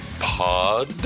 pod